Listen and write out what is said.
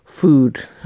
food